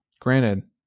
Granted